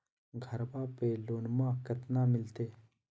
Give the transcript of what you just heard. घरबा पे लोनमा कतना मिलते?